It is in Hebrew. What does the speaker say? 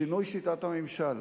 שינוי שיטת הממשל.